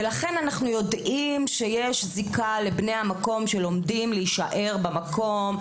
אנחנו יודעים שיש זיקה לבני המקום שלומדים להישאר במקום.